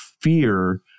fear